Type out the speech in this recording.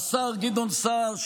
השר לשעבר גדעון סער,